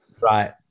Right